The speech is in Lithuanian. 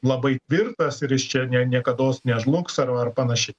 labai tvirtas ir jis čia ne niekados nežlugs ar ar panašiai